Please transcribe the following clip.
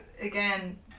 again